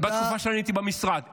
-- בתקופה שאני הייתי במשרד.